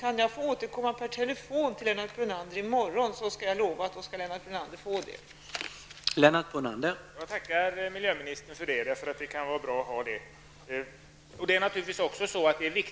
Om jag får återkomma per telefon till Lennart Brunander i morgon, kan jag lova att Lennart Brunander skall få den uppgiften.